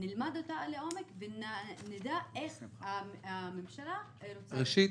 נלמד אותה לעומק ונדע איך הממשלה רוצה -- ראשית,